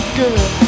good